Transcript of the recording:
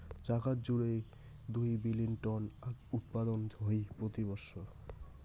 জাগাত জুড়ে দুই বিলীন টন আখউৎপাদন হই প্রতি বছর